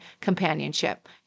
companionship